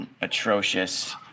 atrocious